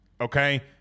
okay